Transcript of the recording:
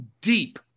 deep